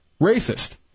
racist